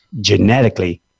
genetically